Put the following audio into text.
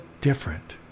different